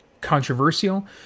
controversial